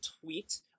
tweet